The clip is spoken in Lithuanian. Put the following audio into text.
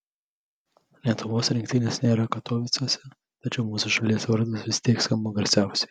lietuvos rinktinės nėra katovicuose tačiau mūsų šalies vardas vis tiek skamba garsiausiai